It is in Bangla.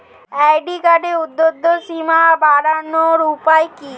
ক্রেডিট কার্ডের উর্ধ্বসীমা বাড়ানোর উপায় কি?